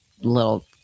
little